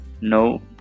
No